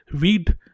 weed